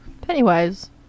Pennywise